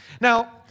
Now